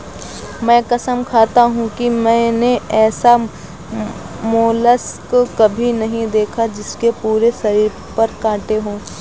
मैं कसम खाता हूँ कि मैंने ऐसा मोलस्क कभी नहीं देखा जिसके पूरे शरीर पर काँटे हों